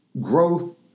growth